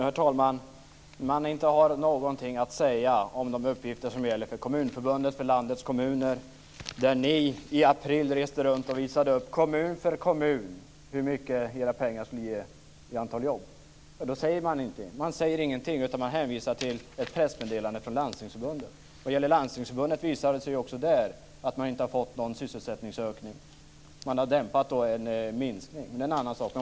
Herr talman! Man har ingenting att säga om de uppgifter som gäller för Kommunförbundet, för landets kommuner. I april reste ni runt och visade upp i kommun för kommun hur mycket jobb era pengar skulle ge. Nu säger ni ingenting. Ni hänvisar till ett pressmeddelande från Landstingsförbundet. Och det visar sig att man inte har fått någon sysselsättningsökning inom Landstingsförbundet heller. Man har dämpat en minskning. Men det är en annan sak.